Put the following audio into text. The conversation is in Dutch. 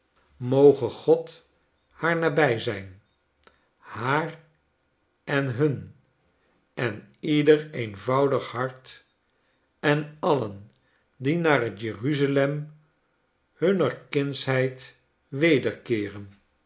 moge god haar nabij zijn haar en hun en ieder eenvoudig hart en alien die naar t jeruzalem hunner kindsheid wederkeeren